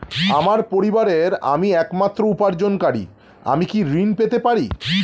আমার পরিবারের আমি একমাত্র উপার্জনকারী আমি কি ঋণ পেতে পারি?